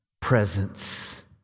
presence